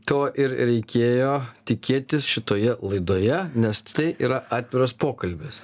to ir reikėjo tikėtis šitoje laidoje nes tai yra atviras pokalbis